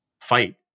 fight